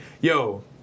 yo